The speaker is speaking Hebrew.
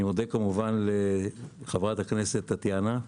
אני מודה כמובן לחברת הכנסת טטיאנה,